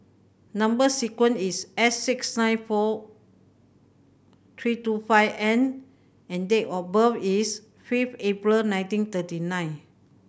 number sequence is S six nine four three two five N and date of birth is fifth April nineteen thirty nine